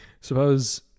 suppose